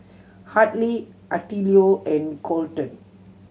Hadley Attilio and Kolten